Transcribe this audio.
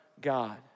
God